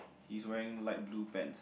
he is wearing light blue pants